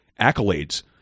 accolades